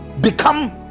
become